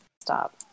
stop